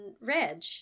Reg